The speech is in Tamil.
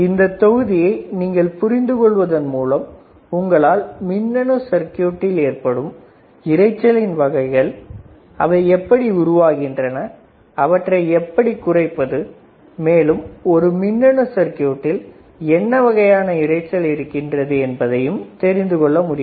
இந்தத் தொகுதியை நீங்கள் புரிந்து கொள்வதன் மூலம் உங்களால் மின்னணு சர்க்யூட்டில் ஏற்படும் இரைச்சலின் வகைகள் அவை எப்படி உருவாக்குகின்றன அவற்றை எப்படி குறைப்பது மேலும் ஒரு மின்னணு சர்குயூட்டில் என்ன வகையான இரைச்சல் இருக்கின்றது என்பதை தெரிந்து கொள்ள முடியும்